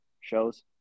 shows